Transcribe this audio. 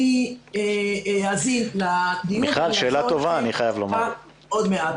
אנסה להשיב לך עוד מעט.